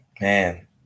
Man